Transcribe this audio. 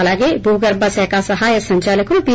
అలాగే భూగర్భ శాఖ సహాయ సంచలకులు పి